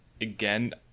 again